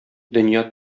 дөнья